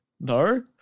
No